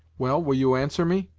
well, will you answer me?